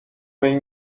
این